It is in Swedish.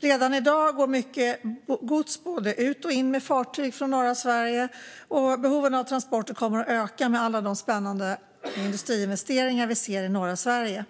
Redan i dag går mycket gods både ut och in med fartyg i norra Sverige, och behoven av transporter kommer att öka med alla de spännande industriinvesteringar vi ser i norra Sverige.